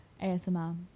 asmr